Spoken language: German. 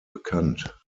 bekannt